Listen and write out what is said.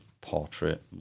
portrait